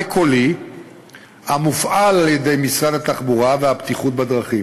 קולי המופעל על-ידי משרד התחבורה והבטיחות בדרכים.